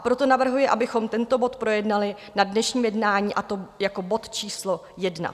Proto navrhuji, abychom tento bod projednali na dnešním jednání, a to jako bod číslo jedna.